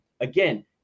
Again